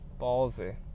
Ballsy